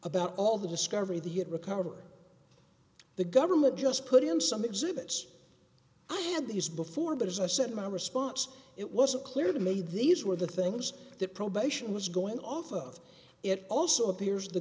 about all the discovery the it recover the government just put in some exhibits i had these before but as i said my response it wasn't clear to made these were the things that probation was going off of it also appears the